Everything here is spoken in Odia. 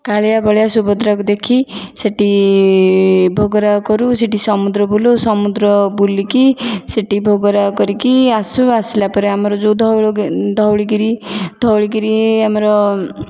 କାଳିଆ ବଳିଆ ସୁଭଦ୍ରାକୁ ଦେଖି ସେଠି ଭୋଗରାଗ କରୁ ସେଠି ସମୁଦ୍ର ବୁଲୁ ସମୁଦ୍ର ବୁଲିକି ସେଠି ଭୋଗରାଗ କରିକି ଆସୁ ଆସିଲା ପରେ ଆମର ଯେଉଁ ଧଉଳି ଗିରି ଧଉଳି ଗିରି ଆମର